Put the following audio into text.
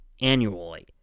annually